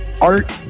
Art